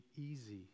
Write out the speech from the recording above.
easy